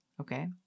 okay